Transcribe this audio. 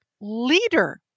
leader